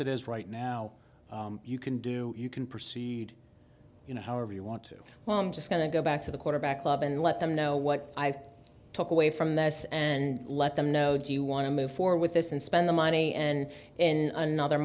it is right now you can do you can proceed you know however you want to well i'm just going to go back to the quarterback club and let them know what i took away from this and let them know do you want to move forward with this and spend the money and in another